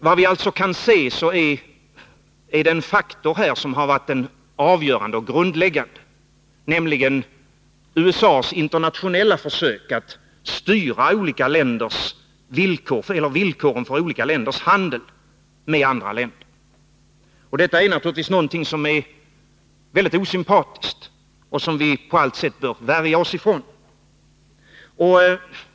Vad vi alltså kan se är den faktor som har varit avgörande och grundläggande, nämligen USA:s internationella försök att styra villkoren för olika länders handel med andra länder. Detta är naturligtvis någonting som är mycket osympatiskt och som vi på alla sätt bör värja oss mot.